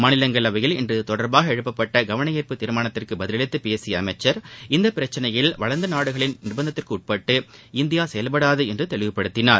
மாநிலங்களவையில் இன்று இதுதொடர்பாக எழுப்பப்பட்ட கவனார்ப்பு தீர்மானத்திற்கு பதிலளித்து பேசிய அமைச்ச் இப்பிரச்சினையில் வளர்ந்த நாடுகளின் நிர்பந்தத்திற்கு உட்பட்டு இந்தியா செயல்படாது என்றும் தெளிவுபடுத்தினர்